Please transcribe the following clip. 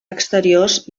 exteriors